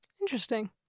Interesting